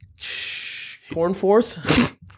cornforth